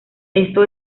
esto